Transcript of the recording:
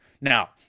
Now